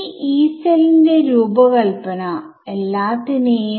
ആ വ്യവസ്ഥകളിൽ സൊല്യൂഷൻഒരു വേവ് ആയിരിക്കും അതാണ് നടക്കാൻ പോവുന്നത്